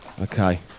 Okay